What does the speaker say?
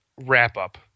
wrap-up